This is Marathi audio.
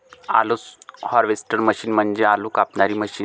आलू हार्वेस्टर मशीन म्हणजे आलू कापणारी मशीन